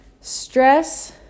Stress